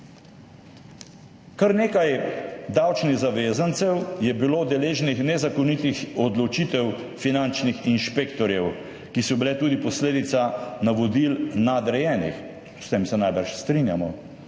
Kar nekaj davčnih zavezancev je bilo deležnih nezakonitih odločitev finančnih inšpektorjev, ki so bile tudi posledica navodil nadrejenih, s tem se najbrž strinjamo.